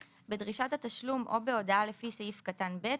בדרישת התשלום או בהודעה לפי סעיף קטן (ב),